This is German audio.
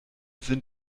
sind